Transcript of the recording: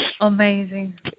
Amazing